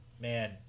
man